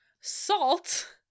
salt